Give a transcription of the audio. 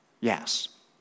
Yes